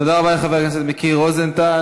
תודה רבה לחבר הכנסת מיקי רוזנטל.